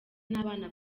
n’abana